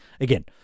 Again